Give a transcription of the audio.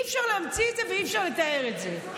אי-אפשר להמציא את זה ואי-אפשר לתאר את זה.